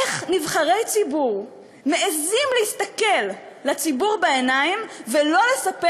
איך נבחרי ציבור מעזים להסתכל לציבור בעיניים ולא לספר